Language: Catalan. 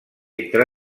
entre